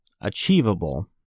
Achievable